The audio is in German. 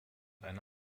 eine